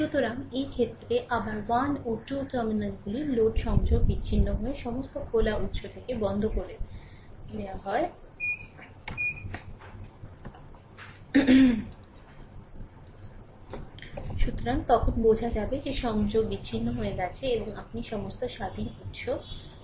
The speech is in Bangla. সুতরাং এই ক্ষেত্রে আবার 1 ও 2 টার্মিনালগুলি লোড সংযোগ বিচ্ছিন্ন হয়ে সমস্ত খোলা উত্স থেকে বন্ধ করে দেওয়া হয় সুতরাং কখন বোঝা যাবে যে সংযোগ বিচ্ছিন্ন হয়ে গেছে এবং আপনি সমস্ত স্বাধীন উত্স বন্ধ করে দিয়েছেন